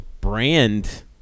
brand